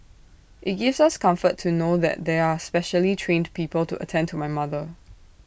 IT gives us comfort to know that there are specially trained people to attend to my mother